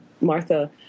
Martha